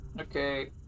Okay